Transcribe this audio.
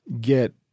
get